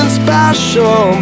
special